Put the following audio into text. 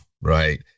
right